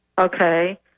Okay